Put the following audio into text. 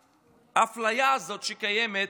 האפליה הזאת שקיימת